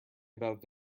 about